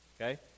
Okay